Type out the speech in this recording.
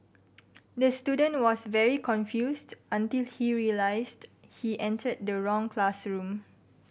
the student was very confused until he realised he entered the wrong classroom